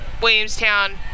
Williamstown